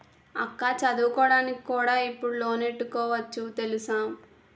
అక్కా చదువుకోడానికి కూడా ఇప్పుడు లోనెట్టుకోవచ్చు తెలుసా?